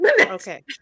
Okay